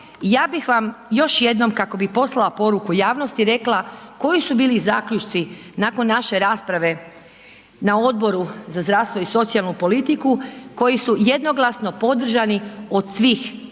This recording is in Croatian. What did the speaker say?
ja bih vam još jednom, kako bi poslala poruku javnosti, rekla koji su bili zaključci nakon naše rasprave, na Odboru za zdravstvo i socijalnu politiku, koji su jednoglasno podržani od svih